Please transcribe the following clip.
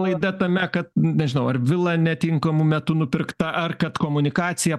klaida tame kad nežinau ar vila netinkamu metu nupirkta ar kad komunikacija